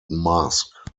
masque